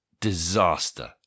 disaster